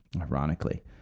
ironically